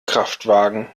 kraftwagen